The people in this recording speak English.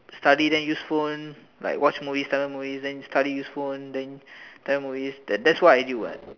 study then use phone like watch movies Tamil movies then study use phone then Tamil movies that that's what I do what